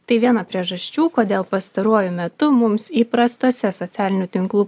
tai viena priežasčių kodėl pastaruoju metu mums įprastose socialinių tinklų